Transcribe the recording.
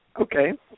Okay